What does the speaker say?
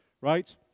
right